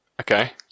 okay